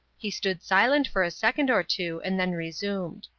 he stood silent for a second or two and then resumed.